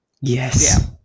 Yes